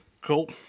Cool